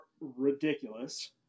ridiculous